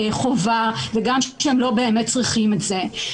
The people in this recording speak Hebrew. חובה וגם כשהם לא באמת צריכים את זה.